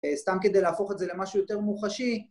סתם כדי להפוך את זה למשהו יותר מוחשי.